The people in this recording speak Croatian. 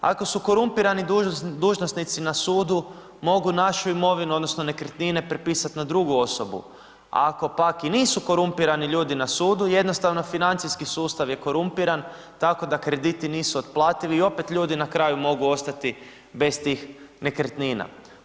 Ako su korumpirani dužnosnici na sudu mogu našu imovinu, odnosno nekretnine prepisati na drugu osobu, ako pak i nisu korumpirani ljudi na sudu jednostavno financijski sustav je korumpiran tako da krediti nisu otplativi i opet ljudi na kraju mogu ostati bez tih nekretnina.